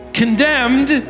condemned